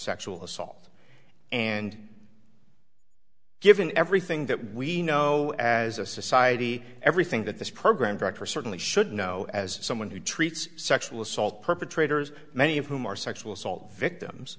sexual assault and given everything that we know as a society everything that this program director certainly should know as someone who treats sexual assault perpetrators many of whom are sexual assault victims